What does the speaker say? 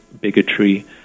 bigotry